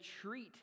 treat